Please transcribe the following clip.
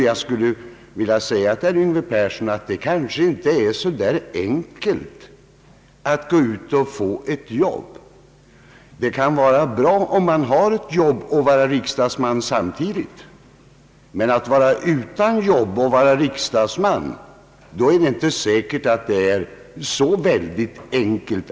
Jag skulle vilja säga till herr Yngve Persson, att det alls inte är så enkelt att gå ut och få ett jobb. Det kan gå bra om man har ett jobb och är riksdagsman samtidigt. Men är man utan jobb när man upphör att vara riksdagsman är läget inte så enkelt.